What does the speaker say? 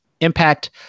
impact